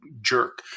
jerk